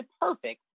perfect